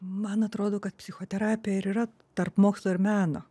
man atrodo kad psichoterapija ir yra tarp mokslo ir meno